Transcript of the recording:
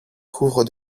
couvre